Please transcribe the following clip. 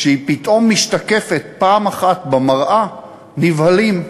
כשהיא פתאום משתקפת פעם אחת במראה, נבהלים.